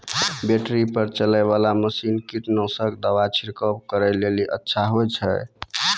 Battery पर चलै वाला मसीन कीटनासक दवा छिड़काव करै लेली अच्छा होय छै?